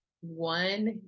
one